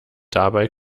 dabei